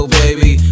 baby